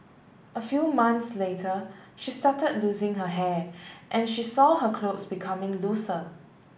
a few months later she started losing her hair and she saw her clothes becoming looser